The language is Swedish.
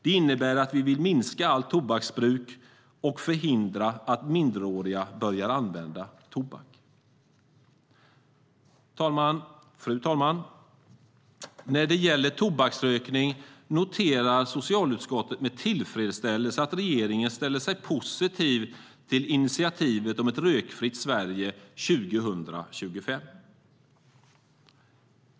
Det innebär att vi vill minska allt tobaksbruk och förhindra att minderåriga börjar använda tobak. Fru talman! När det gäller tobaksrökning noterar socialutskottet med tillfredsställelse att regeringen ställer sig positiv till initiativet om ett rökfritt Sverige 2025.